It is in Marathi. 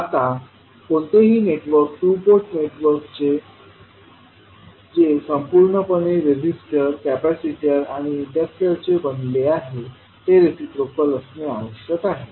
आता कोणतेही नेटवर्क टू पोर्ट नेटवर्क जे संपूर्णपणे रेझिस्टर्स कॅपेसिटर आणि इंडक्टक्टरचे बनलेले आहे ते रिसिप्रोकल असणे आवश्यक आहे